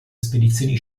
spedizioni